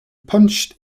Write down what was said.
punched